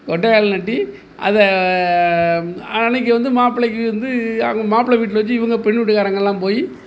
கொட்டைக்கால் நட்டி அதை அன்னைக்கி வந்து மாப்ளைக்கு வந்து அவங்க மாப்பிள வீட்டில் வச்சி இவங்க பெண்ணு வீட்டுக்காரங்க எல்லாம் போய்